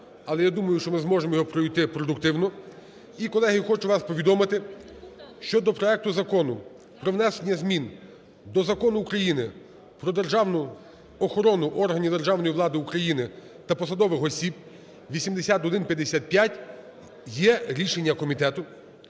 але я думаю, що ми зможемо його пройти продуктивно. І, колеги, хочу вас повідомити щодо проекту Закону про внесення змін до Закону України "Про державну охорону органів державної влади України та посадових осіб" (8155). Є рішення комітету,